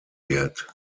wird